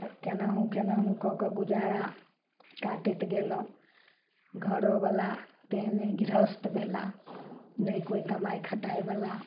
केनाहुँ केनाहुँ कऽ कऽ गुजारा काटैत गेलहुँ घरोवला तेहने गृहस्थ भेला ने कोइ कमाइ खटाइवला